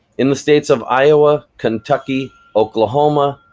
in the states of iowa, kentucky, oklahoma,